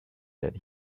that